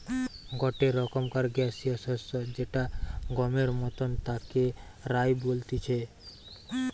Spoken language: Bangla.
গটে রকমকার গ্যাসীয় শস্য যেটা গমের মতন তাকে রায় বলতিছে